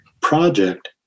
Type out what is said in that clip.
project